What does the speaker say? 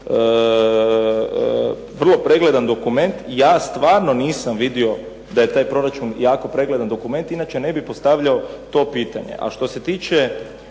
vrlo pregledan dokument. Ja stvarno nisam vidio da je taj proračun jako pregledan dokument, inače ne bi postavljao to pitanje. A što se tiče